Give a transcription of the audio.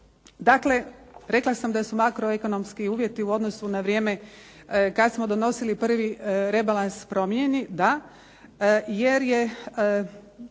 Dakle, rekla sam da su makroekonomski uvjeti u odnosu na vrijeme kad smo donosili prvi rebalans promijeni, da, jer je